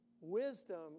Wisdom